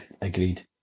agreed